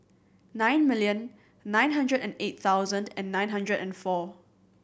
nine million nine hundred and eight thousand and nine hundred and four